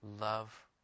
love